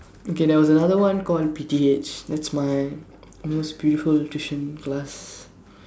okay there was another one called P T H that's my most beautiful audition last